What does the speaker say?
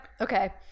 okay